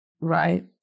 right